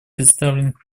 представленных